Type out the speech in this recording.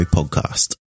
Podcast